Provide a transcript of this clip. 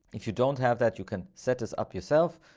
if you don't have that, you can set this up yourself,